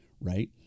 Right